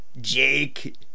Jake